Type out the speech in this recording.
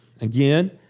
again